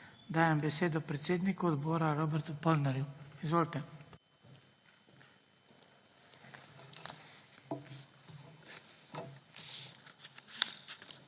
dajem besedo predsedniku odbora Robertu Polnarju. Izvolite.